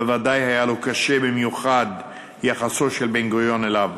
ובוודאי היה לו קשה במיוחד יחסו של בן-גוריון אליו,